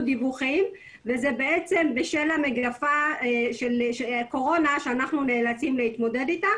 דיווחים וזה בשל הקורונה אתה אנחנו נאלצים להתמודד.